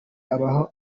abaho